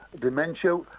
dementia